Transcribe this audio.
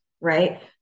right